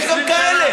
יש גם כאלה.